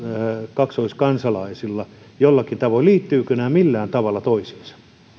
kaksoiskansalaisilla jollakin tavoin esteellisyyksiä liittyvätkö nämä millään tavalla toisiinsa